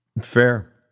Fair